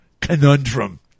conundrum